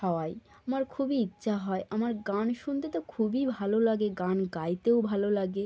খাওয়াই আমার খুবই ইচ্ছা হয় আমার গান শুনতে তো খুবই ভালো লাগে গান গাইতেও ভালো লাগে